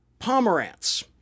Pomerantz